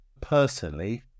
Personally